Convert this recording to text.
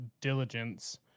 diligence